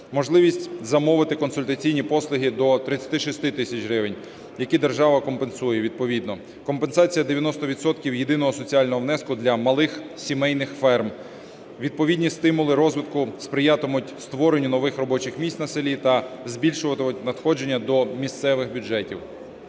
можливість замовити консультаційні послуги – до 36 тисяч гривень, які держава компенсує відповідно, компенсація 90 відсотків єдиного соціального внеску для малих сімейних ферм. Відповідні стимули розвитку сприятимуть створенню нових робочих місць на селі та збільшуватимуть надходження до місцевих бюджетів.